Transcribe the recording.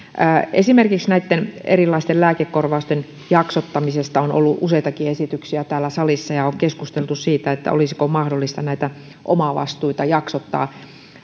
esimerkiksi näitten erilaisten lääkekorvausten jaksottamisesta on ollut useitakin esityksiä täällä salissa on keskusteltu siitä olisiko mahdollista näitä omavastuita jaksottaa